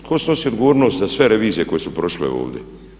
Tko snosi odgovornost za sve revizije koje su prošle ovdje?